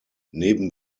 neben